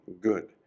good